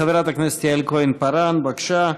חברת הכנסת יעל כהן-פארן, בבקשה.